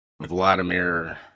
Vladimir